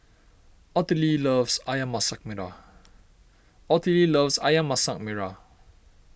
Ottilie loves Ayam Masak Merah Ottilie loves Ayam Masak Merah